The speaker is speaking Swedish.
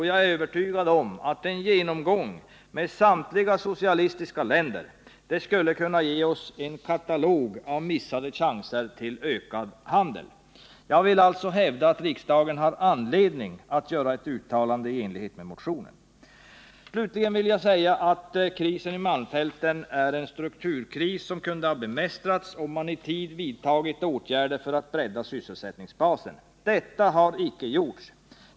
Jag är övertygad om att en genomgång med samtliga socialistiska länder skulle ge oss en katalog över missade chanser till ökad handel. Jag vill alltså hävda att riksdagen har anledning att göra ett uttalande i enlighet med motionen. Slutligen vill jag säga att krisen i malmfälten är en strukturkris som kunde ha bemästrats, om man i tid vidtagit åtgärder för att bredda sysselsättningsbasen. Det har icke gjorts.